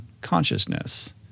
consciousness